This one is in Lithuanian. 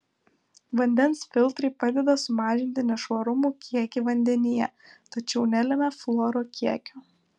vandens filtrai padeda sumažinti nešvarumų kiekį vandenyje tačiau nelemia fluoro kiekio